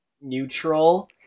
neutral